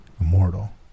immortal